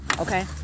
Okay